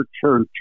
church